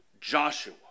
Joshua